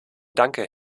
danke